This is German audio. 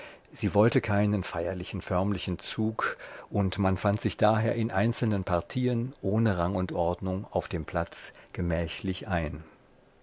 sie wollte keinen feierlichen förmlichen zug und man fand sich daher in einzelnen partieen ohne rang und ordnung auf dem platz gemächlich ein